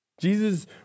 Jesus